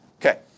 Okay